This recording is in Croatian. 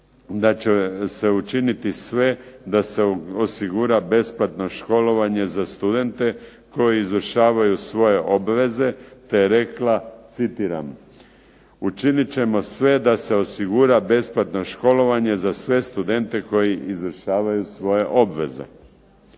da će se učiniti sve da se osigura besplatno školovanje za studente koji izvršavaju svoje obveze te rekla, citiram: "učinit ćemo sve da se osigura besplatno školovanje za sve studente koji izvršavaju svoje obveze".